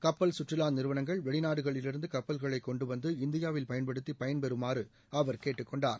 கப்பல் கற்றுலா நிறுவனங்கள் வெளிநாடுகளிலிருந்து கப்பல்களை கொண்டுவந்து இந்தியாவில் பயன்படுத்தி பயன்பெறுமாறு அவர் கேட்டுக்கொண்டார்